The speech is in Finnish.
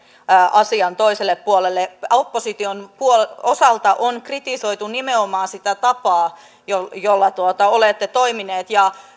asian toiselle puolelle opposition puolelta on kritisoitu nimenomaan sitä tapaa jolla jolla olette toimineet ja